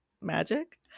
magic